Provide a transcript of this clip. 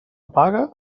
paga